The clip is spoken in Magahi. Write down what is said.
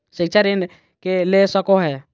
शिक्षा ऋण के ले सको है?